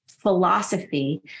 philosophy